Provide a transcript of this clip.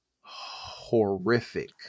horrific